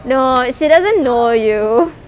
no she doesn't know you